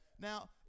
Now